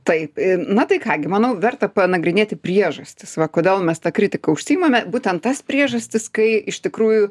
taip ir na tai ką gi manau verta panagrinėti priežastis va kodėl mes ta kritika užsiimame būtent tas priežastis kai iš tikrųjų